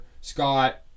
scott